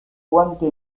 guante